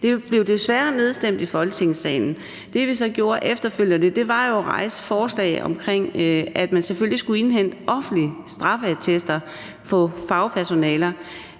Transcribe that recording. Det blev desværre nedstemt i Folketingssalen. Det, vi så gjorde efterfølgende, var jo at komme med et forslag om, at man selvfølgelig skulle indhente offentlige straffeattester på fagpersonale.